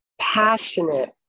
passionate